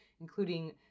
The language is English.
including